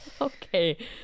Okay